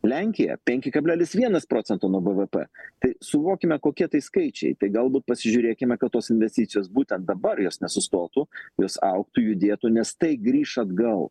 lenkija penki kablelis vienas procento nuo bvp tai suvokime kokie tai skaičiai tai galbūt pasižiūrėkime kad tos investicijos būtent dabar jos nesustotų jos augtų judėtų nes tai grįš atgal